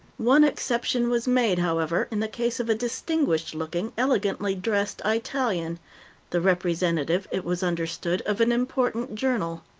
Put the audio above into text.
one exception was made, however, in the case of a distinguished looking, elegantly dressed italian the representative, it was understood, of an important journal.